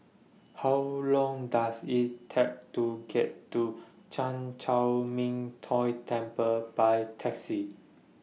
How Long Does IT Take to get to Chan Chor Min Tong Temple By Taxi